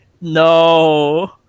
no